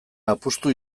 apustu